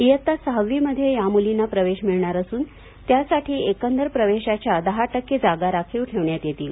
इयत्ता सहावीमध्ये या मुलींना प्रवेश मिळणार असून त्यासाठी एकंदर प्रवेशाच्या दहा टक्के जागा राखीव ठेवण्यात येतील